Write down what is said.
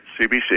CBC